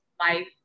life